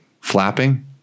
Flapping